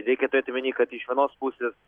reikia turėt omeny kad iš vienos pusės